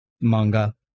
manga